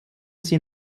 sie